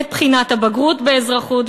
את בחינת הבגרות באזרחות,